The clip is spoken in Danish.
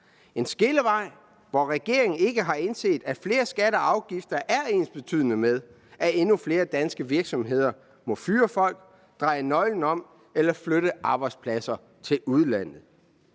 en skillevej, hvor regeringen ikke har indset, at flere skatter og afgifter er ensbetydende med, at endnu flere danske virksomheder må fyre folk, dreje nøglen om eller flytte arbejdspladser til udlandet.